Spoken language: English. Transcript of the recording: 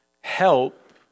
help